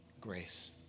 grace